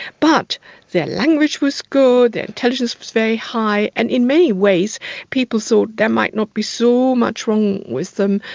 but their language was good, their intelligence was very high, and in many ways people thought there might not be so much wrong with them.